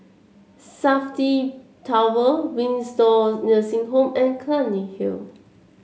Safti Tower Windsor Nursing Home and Clunny Hill